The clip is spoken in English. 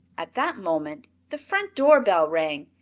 at that moment the front door bell rang,